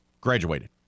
graduated